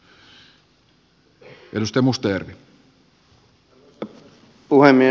arvoisa puhemies